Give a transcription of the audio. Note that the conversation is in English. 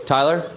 Tyler